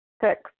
Six